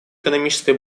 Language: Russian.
экономической